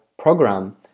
program